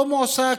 אותו מועסק,